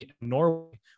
Norway